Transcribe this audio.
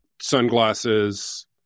sunglasses